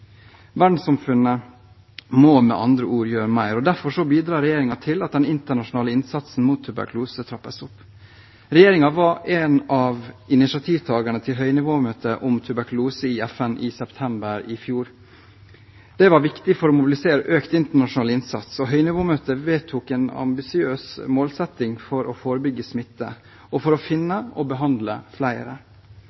Verdenssamfunnet må med andre ord gjøre mer. Derfor bidrar regjeringen til at den internasjonale innsatsen mot tuberkulose trappes opp. Regjeringen var en av initiativtagerne til høynivåmøtet om tuberkulose i FN i september i fjor. Det var viktig for å mobilisere økt internasjonal innsats. Høynivåmøtet vedtok ambisiøse målsettinger for å forebygge smitte og